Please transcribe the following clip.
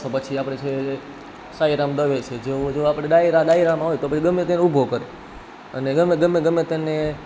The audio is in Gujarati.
પછી આપણે છે સાંઈરામ દવે છે જેઓ ડાયરા ડાયરામાં હોય તો ગમે તેને ઊભો કરે અને ગમે તેને